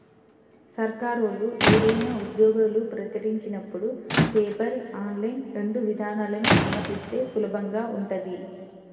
సర్కారోళ్ళు ఏదైనా ఉద్యోగాలు ప్రకటించినపుడు పేపర్, ఆన్లైన్ రెండు విధానాలనూ అనుమతిస్తే సులభంగా ఉంటది